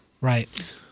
Right